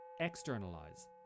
externalize